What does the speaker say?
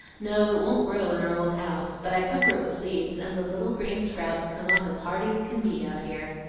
no, it won't grow in our old house but i cover it with leaves, and the little green sprouts come up as hearty as can be out here.